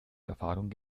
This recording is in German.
erfahrung